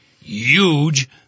huge